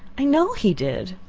i know he did.